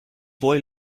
boy